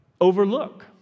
overlook